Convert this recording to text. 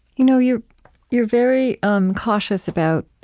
you know you're you're very um cautious about